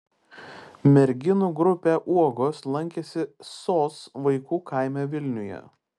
merginų grupė uogos lankėsi sos vaikų kaime vilniuje